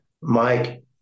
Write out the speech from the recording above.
Mike